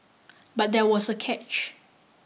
but there was a catch